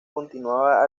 continuaba